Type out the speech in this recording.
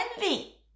envy